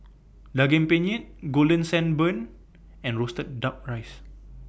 Daging Penyet Golden Sand Bun and Roasted Duck Rice